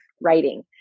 writing